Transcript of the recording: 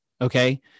Okay